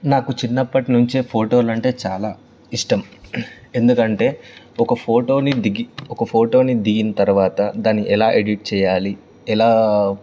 నాకు చిన్నప్పటినుంచే ఫోటోలంటే చాలా ఇష్టం ఎందుకంటే ఒక ఫోటోని దిగి ఒక ఫోటోని దిగిన తర్వాత దాన్ని ఎలా ఎడిట్ చేయాలి ఎలా